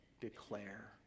declare